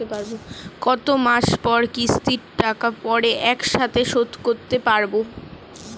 কত মাস পর কিস্তির টাকা পড়ে একসাথে শোধ করতে পারবো?